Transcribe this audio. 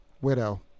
widow